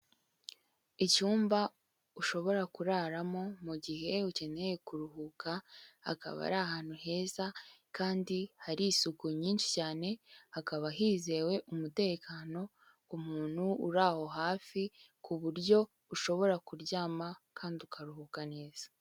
Icyumba ushobora kuraramo mu gihe ukeneye kuruhuka akaba ari ahantu heza kandi hari isuku nyinshi cyane hakaba hizewe umutekano muntu uri aho hafi kuburyo ushobora kuryama kandi ukaruhuka neza.